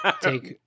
Take